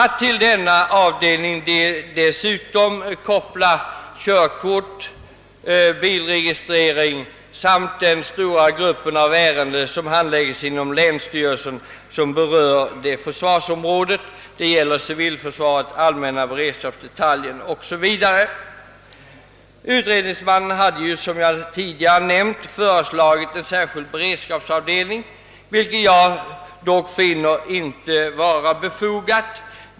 Till denna avdelning vill man nu dessutom koppla ärenden rörande körkort och = bilregistrering samt den stora grupp av ärenden som handlägges inom länsstyrelsen och som berör försvarsområdet — civilförsvaret, allmänna beredskapsdetaljen o.s.v. Utredningsmannen hade som jag tidigare nämnt föreslagit en särskild beredskapsavdelning, vilken jag dock inte finner vara befogad.